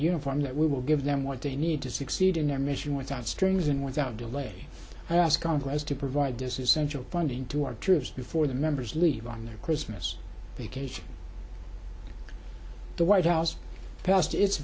uniform that we will give them what they need to succeed in their mission without strings and without delay i ask congress to provide this essential funding to our troops before the members leave on their christmas vacation the white house pas